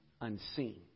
unseen